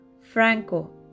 franco